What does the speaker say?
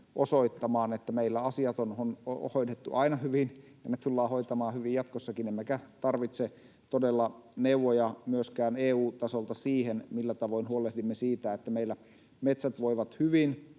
osoittamaan, että meillä asiat on hoidettu aina hyvin ja ne tullaan hoitamaan hyvin jatkossakin emmekä tarvitse todella neuvoja myöskään EU-tasolta siihen, millä tavoin huolehdimme siitä, että meillä metsät voivat hyvin